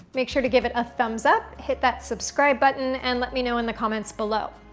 make sure to give it a thumbs up, hit that subscribe button and let me know in the comments below.